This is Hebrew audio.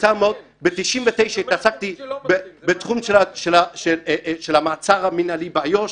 ----- ב-99 התעסקתי בתחום של המעצר המנהלי באיו"ש.